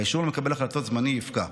האישור למקבל החלטות זמני יפקע.